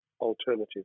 alternative